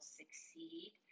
succeed